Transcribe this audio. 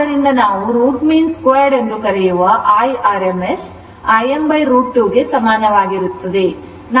ಆದ್ದರಿಂದ ನಾವು root mean square ಎಂದು ಕರೆಯುವ Irms Im √2 ಗೆ ಸಮಾನವಾಗಿರುತ್ತದೆ